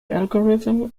algorithm